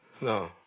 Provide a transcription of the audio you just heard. No